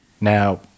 Now